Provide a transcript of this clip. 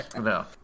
No